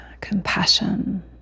compassion